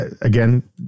Again